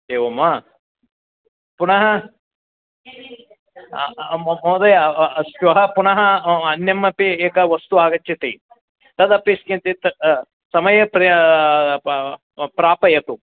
एवं वा पुनः महोदय श्वः पुनः अन्यमपि एका वस्तु आगच्छति तदपि किञ्चित् समये प्र प्रापयतु